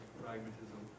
pragmatism